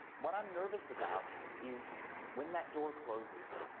what i'm nervous about is, when that door closes.